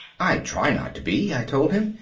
i try not to be, i told him.